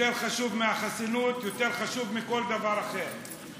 יותר חשוב מהחסינות, יותר חשוב מכל דבר אחר.